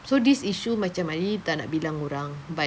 so this issue macam I really tak nak bilang orang but